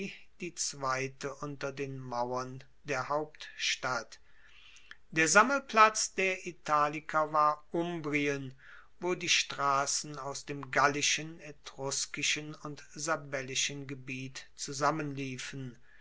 die zweite unter den mauern der hauptstadt der sammelplatz der italiker war umbrien wo die strassen aus dem gallischen etruskischen und sabellischen gebiet